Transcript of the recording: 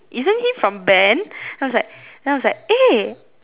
isn't he from band then I was like then I was like eh